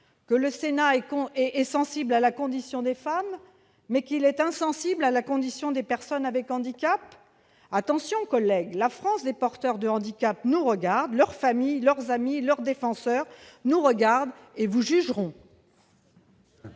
si le Sénat est sensible à la condition des femmes, il est en revanche insensible à celle des personnes avec handicap ? Attention, chers collègues, la France des porteurs de handicap nous regarde ! Eux-mêmes, leurs familles, leurs amis et leurs défenseurs nous regardent et vous jugeront